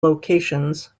locations